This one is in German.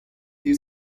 die